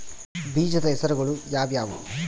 ಬೇಜದ ಹೆಸರುಗಳು ಯಾವ್ಯಾವು?